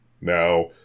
Now